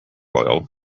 oil